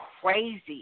crazy